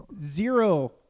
zero